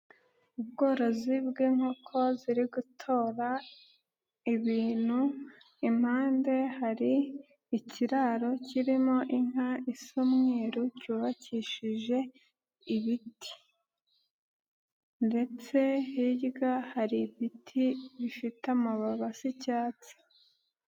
Ubworozi bw'inkoko ziri gutora ibintu, impande hari ikiraro kirimo inka isa umweru cyubakishije ibiti ndetse hirya hari ibiti bifite amababi asa icyatsi.